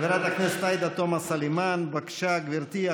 חברת הכנסת עאידה תומא סלימאן, בבקשה, גברתי.